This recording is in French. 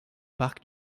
parc